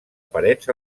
parets